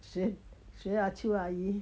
谁谁啊秋啊姨